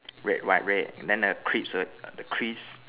red white red then the crisp will the crisp